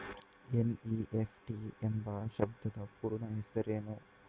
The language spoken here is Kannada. ಎನ್.ಇ.ಎಫ್.ಟಿ ಎಂಬ ಶಬ್ದದ ಪೂರ್ಣ ಹೆಸರೇನು?